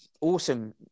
awesome